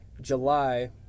July